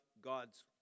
God's